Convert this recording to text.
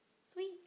Sweet